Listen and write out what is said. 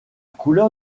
couleur